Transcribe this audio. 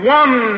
one